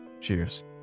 Cheers